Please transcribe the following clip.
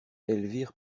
elvire